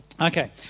Okay